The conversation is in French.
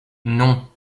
non